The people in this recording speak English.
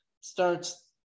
starts